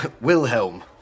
Wilhelm